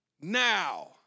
now